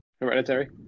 Hereditary